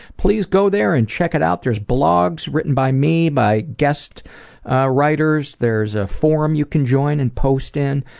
please go there and check it out. there's blogs written by me, by guest ah writers, there's a forum you can join and post in,